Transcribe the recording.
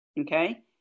Okay